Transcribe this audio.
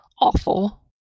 awful